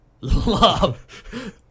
love